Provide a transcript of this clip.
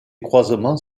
croisements